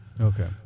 Okay